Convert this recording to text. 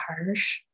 harsh